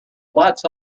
blots